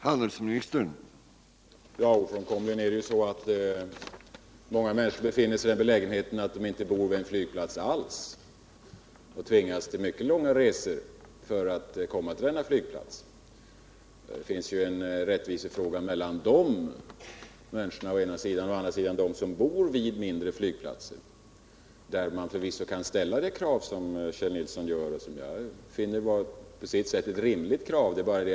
Herr talman! Många människor befinner sig ofrånkomligen i den belägenheten att de inte bor vid en flygplats alls utan tvingas till mycket långa resor för att komma till en flygplats. Det kan också bli fråga om rättvisa mellan dem och de människor som bor vid mindre flygplatser, där man förvisso kan ställa det krav som Kjell Nilsson för fram och som jag på sätt och vis finner rimligt.